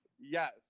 Yes